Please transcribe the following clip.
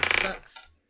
Sucks